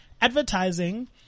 advertising